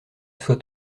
soit